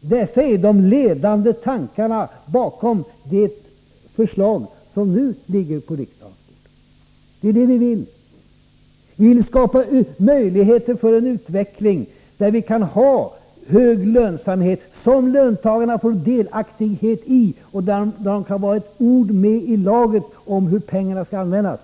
Dessa är de ledande tankarna bakom det förslag som nu ligger på riksdagens bord. Det är detta vi vill. Vi vill skapa möjligheter för en utveckling där vi kan ha hög lönsamhet, som löntagarna får delaktighet i, och där löntagarna kan få ett ord med i laget om hur pengarna skall användas.